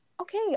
okay